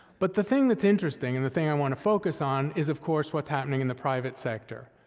but the thing that's interesting, and the thing i wanna focus on is of course what's happening in the private sector.